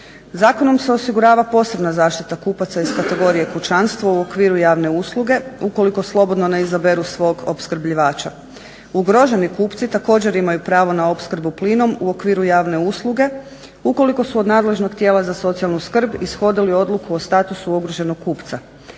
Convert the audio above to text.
Zakonom se osigurava posebna zaštita kupaca iz kategorije kućanstvo u okviru javne usluge ukoliko slobodno ne izaberu svog opskrbljivača. Ugroženi kupci također imaju pravo na opskrbu plinom u okviru javne usluge ukoliko su od nadležnog tijela za socijalnu skrb ishodili odluku o statusu obrušenog kupca.